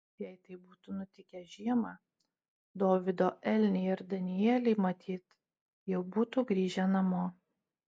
jei tai būtų nutikę žiemą dovydo elniai ir danieliai matyt jau būtų grįžę namo